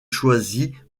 choisit